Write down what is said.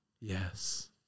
Yes